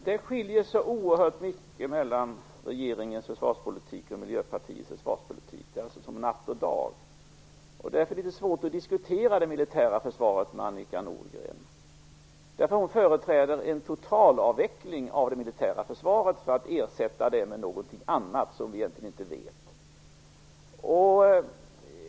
Herr talman! Regeringens försvarspolitik och Miljöpartiets försvarspolitik skiljer sig oerhört mycket åt - det är en skillnad som mellan natt och dag. Därför är det litet svårt att diskutera det militära försvaret med Annika Nordgren. Hon företräder en totalavveckling av det militära försvaret för att ersätta det med någonting annat som vi egentligen inte vet vad det är.